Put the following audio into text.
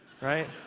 right